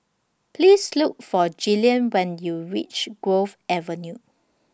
Please Look For Jillian when YOU REACH Grove Avenue